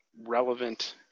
relevant